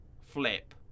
flip